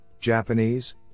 Japanese